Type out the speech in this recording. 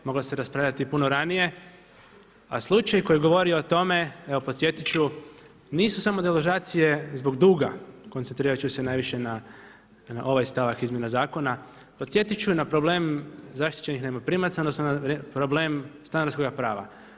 Moglo se raspravljati puno ranije, a slučaj koji govori o tome evo podsjetit ću nisu samo deložacije zbog duga koncentrirat ću se najviše na ovaj stavak izmjena zakona, podsjetit ću na problem zaštićenih najmoprimaca odnosno problem stanarskoga prava.